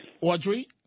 Audrey